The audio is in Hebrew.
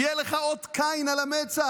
יהיה לך אות קין על המצח.